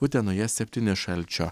utenoje septyni šalčio